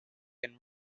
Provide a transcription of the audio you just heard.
been